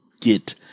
get